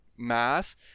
mass